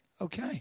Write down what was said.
okay